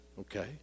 okay